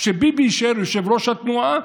ביבי יישאר יושב-ראש התנועה,